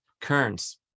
Kearns